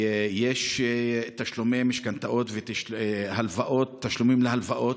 יש תשלומי משכנתאות ותשלומים להלוואות,